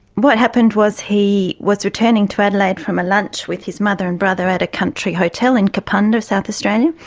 what happened was he was returning to adelaide from a lunch with his mother and brother at a country hotel in kapunda, south australia,